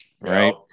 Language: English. right